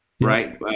right